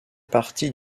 partie